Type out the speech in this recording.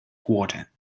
quarter